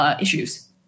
issues